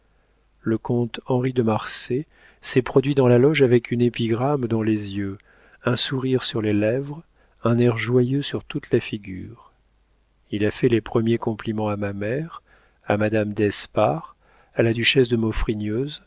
le comte henri de marsay s'est produit dans la loge avec une épigramme dans les yeux un sourire sur les lèvres un air joyeux sur toute la figure il a fait les premiers compliments à ma mère à madame d'espard à la duchesse de